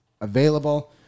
available